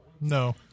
no